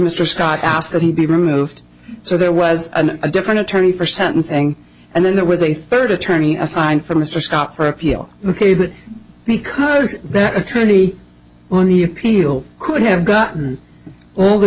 mr scott asked that he be removed so there was an a different attorney for sentencing and then there was a third attorney assigned for mr scott for appeal ok but because that attorney when the appeal could have gotten all the